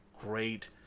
Great